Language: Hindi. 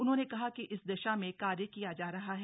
उन्होंने कहा कि इस दिशा में कार्य किया जा रहा है